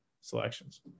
selections